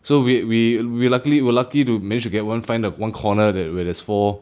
so we we we luckily 我 luckily to managed to get one find the one corner that where there is four